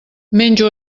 menjo